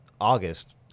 August